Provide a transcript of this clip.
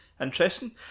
Interesting